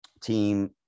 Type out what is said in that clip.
team